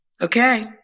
Okay